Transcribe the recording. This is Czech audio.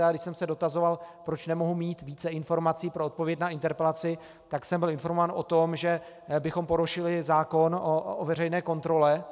Když jsem se dotazoval, proč nemohu mít více informací pro odpověď na interpelaci, tak jsem byl informován o tom, že bychom porušili zákon o veřejné kontrole.